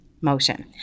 motion